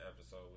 episode